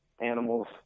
animals